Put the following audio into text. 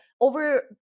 over